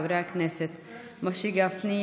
חברי הכנסת משה גפני,